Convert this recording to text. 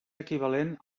equivalent